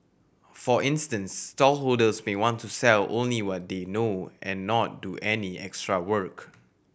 for instance stallholders may want to sell only what they know and not do any extra work